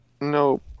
Nope